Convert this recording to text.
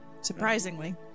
Surprisingly